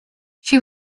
she